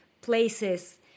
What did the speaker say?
places